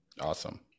Awesome